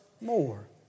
more